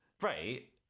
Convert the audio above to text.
Right